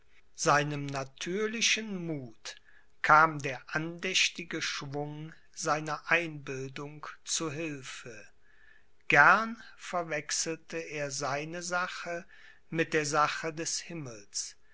seinem natürlichen muth kam der andächtige schwung seiner einbildung zu hilfe gern verwechselte er seine sache mit der sache des himmels